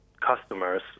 customers